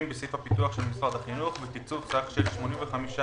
בסעיף הפיתוח של משרד החינוך בתקצוב סך של 85,800